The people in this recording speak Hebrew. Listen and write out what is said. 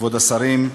כבוד השרים,